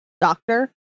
Doctor